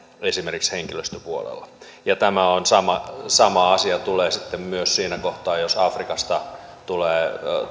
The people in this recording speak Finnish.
esimerkiksi henkilöstöpuolella ja tämä sama sama asia tulee sitten myös siinä kohtaa jos afrikasta tulee